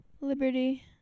Liberty